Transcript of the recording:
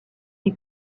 est